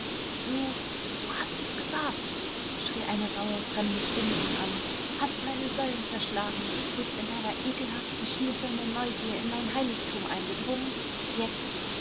du du hast es gewagt schrie eine rauhe fremde stimme ihn an hast meine säulen zerschlagen bist in deiner ekelhaften schnüffelnden neugier in mein heiligtum eingedrungen jetzt